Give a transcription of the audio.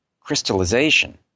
crystallization